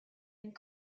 den